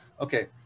Okay